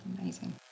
amazing